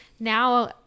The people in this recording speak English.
Now